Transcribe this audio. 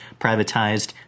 privatized